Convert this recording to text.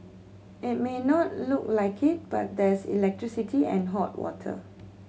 it may not look like it but there's electricity and hot water